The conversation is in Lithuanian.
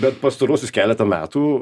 bet pastaruosius keletą metų